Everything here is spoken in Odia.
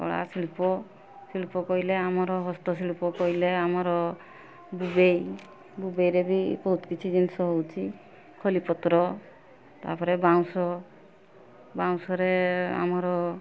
କଳା ଶିଳ୍ପ ଶିଳ୍ପ କହିଲେ ଆମର ହସ୍ତଶିଳ୍ପ କହିଲେ ଆମର ବୁବେଇ ବୁବେଇରେ ବି ବହୁତ କିଛି ଜିନିଷ ହଉଛି ଖଲିପତ୍ର ତାପରେ ବାଉଁଶ ବାଉଁଶରେ ଆମର